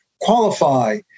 qualify